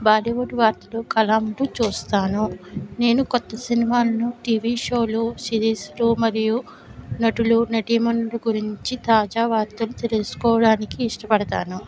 బాలీవుడ్ వార్తలు కలామ్లు చూస్తాను నేను కొత్త సినిమాలను టీవీ షోలు సిరీస్లు మరియు నటులు నటీమణుల గురించి తాజా వార్తలు తెలుసుకోవడానికి ఇష్టపడతాను